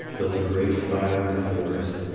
built a great fire in the forest,